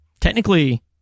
Technically